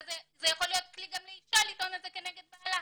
אבל זה יכול להיות כלי גם לאישה לטעון את זה כנגד בעלה.